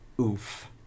Oof